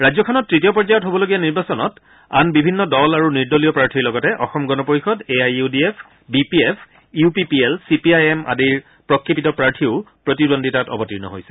ৰাজ্যখনত তৃতীয় পৰ্যায়ত হ'বলগীয়া নিৰ্বাচনত আন বিভিন্ন দল আৰু নিৰ্দলীয় প্ৰাৰ্থীৰ লগতে Asom Gana Parishad A I U D F B P F U P P L C P I M আদিৰ প্ৰক্ষেপিত প্ৰাৰ্থীও প্ৰতিদ্বন্দ্বিতাত অৱতীৰ্ণ হৈছে